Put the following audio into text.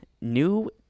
new